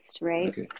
right